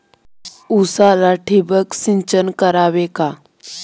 उसाला ठिबक सिंचन करावे का?